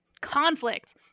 Conflict